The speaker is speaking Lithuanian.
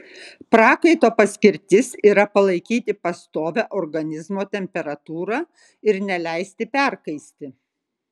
prakaito paskirtis yra palaikyti pastovią organizmo temperatūrą ir neleisti perkaisti